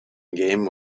game